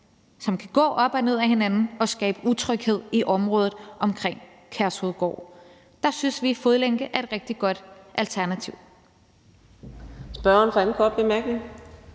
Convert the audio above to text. som kan gå op og ned ad hinanden og skabe utryghed i området omkring Kærshovedgård. Der synes vi, fodlænke er et rigtig godt alternativ.